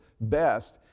best